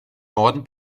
norden